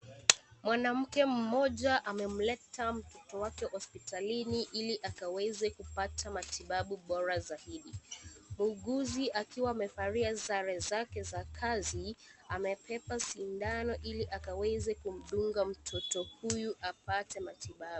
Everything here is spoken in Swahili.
Mwanamke mmoja amemleta mtoto wake hospitalini ili akaweze kupata matibabu bora zaidi. Muuguzi akiwa amevalia sare zake za kazi, amebeba sindano ili akaweze kumdunga mtoto huyu apate matibabu.